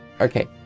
Okay